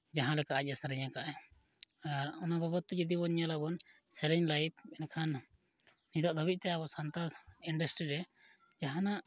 ᱡᱟᱦᱟᱸ ᱞᱮᱠᱟ ᱟᱡᱼᱮ ᱥᱮᱨᱮᱧ ᱟᱠᱟᱫᱟᱭ ᱚᱱᱟ ᱵᱟᱵᱚᱫ ᱡᱩᱫᱤᱵᱚᱱ ᱧᱮᱞᱟᱵᱚᱱ ᱥᱮᱨᱮᱧ ᱞᱟᱭᱤᱯᱷ ᱮᱱᱠᱷᱟᱱ ᱱᱤᱛᱳᱜ ᱫᱷᱟᱹᱵᱤᱡᱽᱛᱮ ᱟᱵᱚ ᱥᱟᱱᱛᱟᱲ ᱤᱱᱰᱟᱥᱴᱨᱤ ᱨᱮ ᱡᱟᱦᱟᱱᱟᱜ